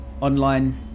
online